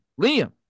Liam